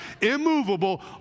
Immovable